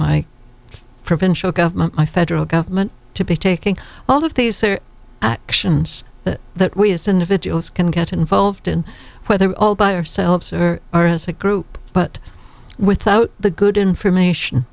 my provincial government my federal government to be taking all of these actions that we as individuals can get involved in whether all by ourselves or are as a group but without the good information